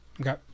okay